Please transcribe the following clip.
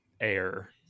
air